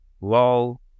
lol